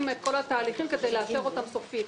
את כל התהליכים כדי לאשר אותם סופית.